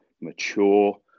mature